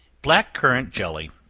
black currant jelly,